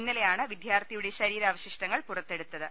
ഇന്നലെയാണ് വിദ്യാർത്ഥിയുടെ ശരീരാവശിഷ്ടങ്ങൾ പുറത്തെടുത്തത്